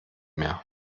mehr